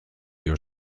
your